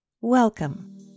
Welcome